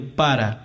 para